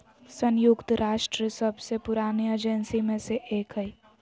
संयुक्त राष्ट्र सबसे पुरानी एजेंसी में से एक हइ